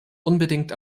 unbedingt